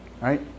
Right